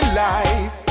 life